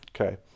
Okay